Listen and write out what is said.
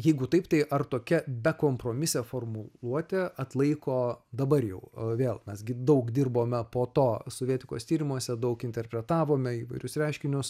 jeigu taip tai ar tokia bekompromisė formuluotė atlaiko dabar jau vėl mes gi daug dirbome po to sovietikos tyrimuose daug interpretavome įvairius reiškinius